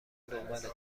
دنبالتون